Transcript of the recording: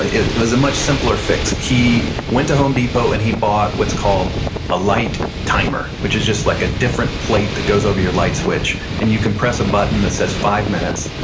it was a much simpler fix. he went to home depot and he bought what's called a light timer, which is just like a different plate that goes over your light switch. and you can press a button that says five minutes,